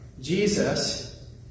Jesus